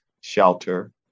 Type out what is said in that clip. shelter